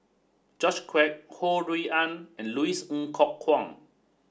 George Quek Ho Rui An and Louis Ng Kok Kwang